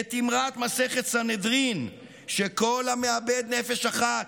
את אמרת מסכת סנהדרין ש"כל המאבד נפש אחת,